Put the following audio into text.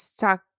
talk